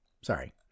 sorry